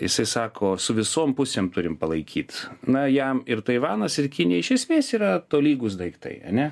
jisai sako su visom pusėm turim palaikyt na jam ir taivanas ir kinija iš esmės yra tolygūs daiktai ane